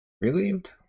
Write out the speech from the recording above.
Relieved